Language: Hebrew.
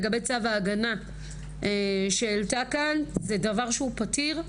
לגבי צו ההגנה שהועלה כאן, זה דבר שהוא פתיר.